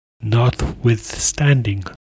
Notwithstanding